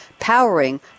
Powering